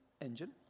engine